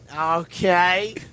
Okay